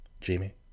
Jamie